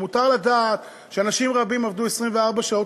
ומותר לדעת שאנשים רבים עבדו 24 שעות.